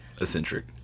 Eccentric